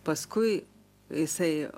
paskui jisai